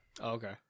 Okay